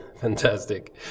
Fantastic